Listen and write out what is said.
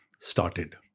started